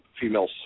female